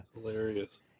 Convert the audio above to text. hilarious